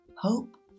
Hope